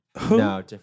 No